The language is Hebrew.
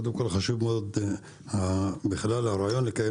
קודם כל חשוב מאוד בכלל הרעיון לקיים